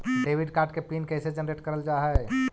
Debit card के PIN कैसे generate करल जाहै?